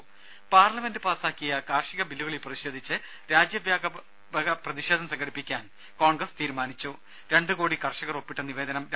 രുമ പാർലമെന്റ് പാസാക്കിയ കാർഷിക ബില്ലുകളിൽ പ്രതിഷേധിച്ച് രാജ്യവ്യാപക പ്രതിഷേധം സംഘടിപ്പിക്കാൻ കോൺഗ്രസ് രണ്ട് കോടി കർഷകർ ഒപ്പിട്ട നിവേദനം തീരുമാനിച്ചു